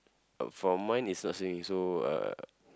uh for mine it's not swinging so uh